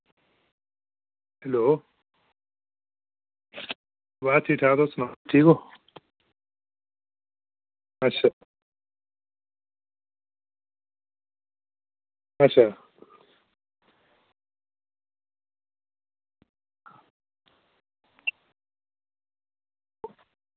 hello बस ठीक ठाक तुस सनाओ ठीक ओ अच्छा अच्छा